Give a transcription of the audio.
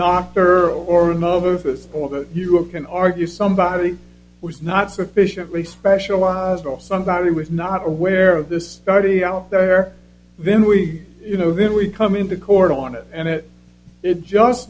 doctor or a novice or that you can argue somebody who is not sufficiently specialized will somebody was not aware of this study out there then we you know then we come into court on it and it it just